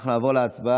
או שנעבור להצבעה?